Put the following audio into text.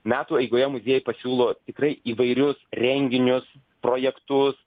metų eigoje muziejai pasiūlo tikrai įvairius renginius projektus